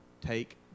take